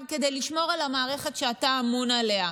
כדי לשמור על המערכת שאתה אמון עליה.